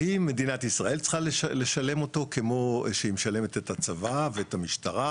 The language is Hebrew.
האם מדינת ישראל צריכה לשלם אותו כמו שהיא משלמת את הצבא והמשטרה?